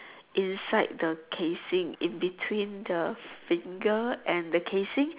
inside the casing in between the finger and the casing